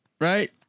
Right